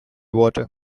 water